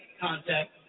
contact